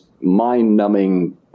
mind-numbing